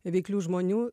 veiklių žmonių